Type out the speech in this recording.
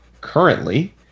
currently